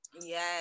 Yes